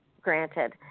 granted